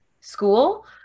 school